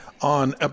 on